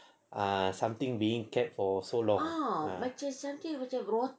ah something being kept for so long